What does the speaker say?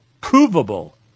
provable